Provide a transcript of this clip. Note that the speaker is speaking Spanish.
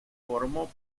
formó